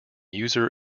user